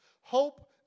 hope